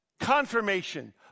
Confirmation